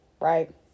right